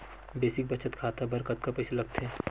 Basic बचत खाता बर कतका पईसा लगथे?